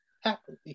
happily